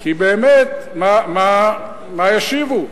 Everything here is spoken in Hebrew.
כי באמת, מה ישיבו?